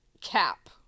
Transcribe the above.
cap